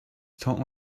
talking